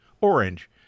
orange